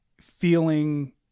feeling